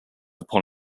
upon